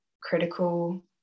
critical